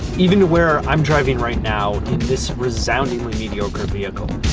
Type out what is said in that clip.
even where i'm driving right now in this resoundingly mediocre vehicle.